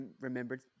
remembered